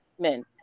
men